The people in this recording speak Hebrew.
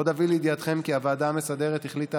עוד אביא לידיעתכם כי הוועדה המסדרת החליטה